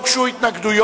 לא הוגשו התנגדויות,